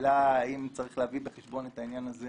השאלה האם צריך להביא בחשבון את העניין הזה